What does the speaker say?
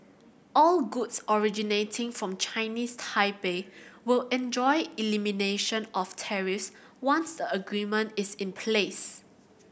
all goods originating from Chinese Taipei will enjoy elimination of tariffs once the agreement is in place